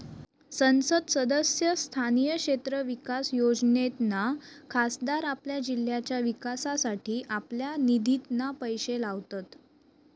संसद सदस्य स्थानीय क्षेत्र विकास योजनेतना खासदार आपल्या जिल्ह्याच्या विकासासाठी आपल्या निधितना पैशे लावतत